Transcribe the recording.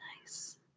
Nice